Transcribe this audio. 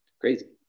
crazy